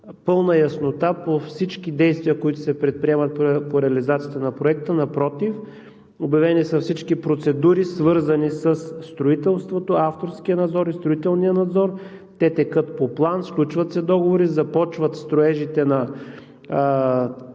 пълна яснота по всички действия, които се предприемат по реализацията на Проекта. Напротив, обявени са всички процедури, свързани със строителството, авторския надзор и строителния надзор. Те текат по план – сключват се договори, започват строежите на